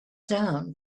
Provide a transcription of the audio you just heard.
down